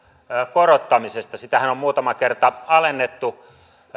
korottamisesta sitähän on muutamaan kertaan alennettu